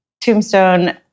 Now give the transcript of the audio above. tombstone